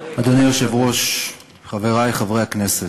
אדוני היושב-ראש, חברי חברי הכנסת,